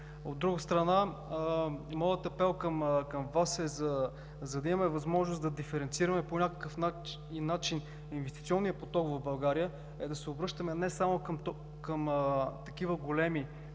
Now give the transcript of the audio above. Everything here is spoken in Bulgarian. От друга страна, моят апел към Вас, за да имаме възможност да диференцираме по някакъв начин инвестиционния поток в България, е да се обръщаме не само към такива големи